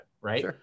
right